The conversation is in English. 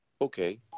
Okay